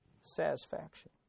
satisfaction